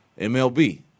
MLB